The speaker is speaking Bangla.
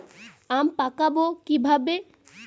আম পাকাবো কিভাবে?